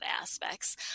aspects